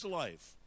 life